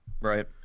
Right